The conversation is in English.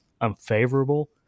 unfavorable